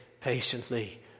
patiently